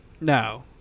no